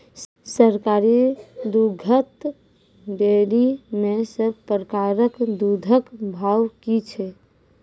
सरकारी दुग्धक डेयरी मे सब प्रकारक दूधक भाव की छै?